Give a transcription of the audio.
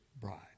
bride